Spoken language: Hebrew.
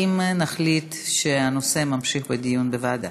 אם נחליט שהדיון בנושא יימשך בוועדה.